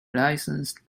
licensed